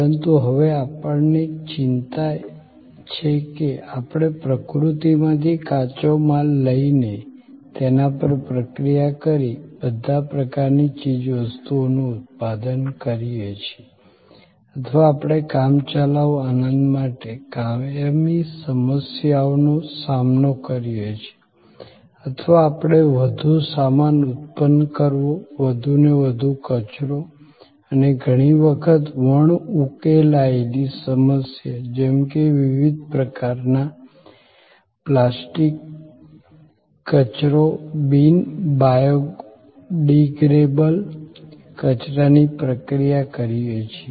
પરંતુ હવે આપણને ચિંતા છે કે આપણે પ્રકૃતિમાંથી કાચો માલ લઈને તેના પર પ્રક્રિયા કરી બધા પ્રકારની ચીજવસ્તુઓનું ઉત્પાદન કરીએ છીએ અથવા આપણે કામચલાઉ આનંદ માટે કાયમી સમસ્યાનો સામનો કરીએ છીએ અથવા આપણે વધુ સામાન ઉત્પન્ન કરવો વધુ ને વધુ કચરો અને ઘણી વખત વણઉકેલાયેલી સમસ્યા જેમ કે વિવિધ પ્રકારના પ્લાસ્ટિક કચરો બિન બાયોડિગ્રેડેબલ કચરાની પ્રક્રિયા કરીએ છીએ